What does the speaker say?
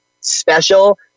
special